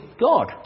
God